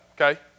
okay